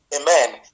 Amen